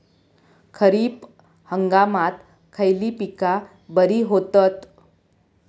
खरीप हंगामात खयली पीका बरी होतत?